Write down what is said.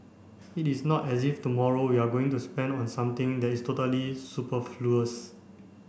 it is not as if tomorrow we are going to spend on something that is totally superfluous